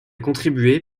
contribué